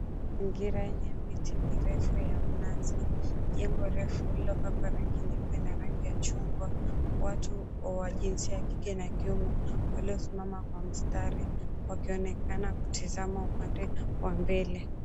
Mazingira yenye miti mirefu ya mnazi. Jengo refu lililopakwa rangi nyeupe na rangi ya chungwa. Watu wa jinsia ya kike na kiume waliosimama kwa mstari wakionekana kutizama upande wa mbele.